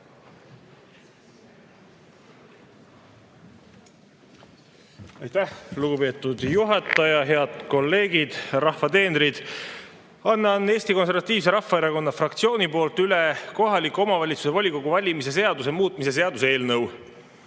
Aitäh, lugupeetud juhataja! Head kolleegid, rahva teenrid! Annan Eesti Konservatiivse Rahvaerakonna fraktsiooni nimel üle kohaliku omavalitsuse volikogu valimise seaduse muutmise seaduse eelnõu.